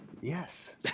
Yes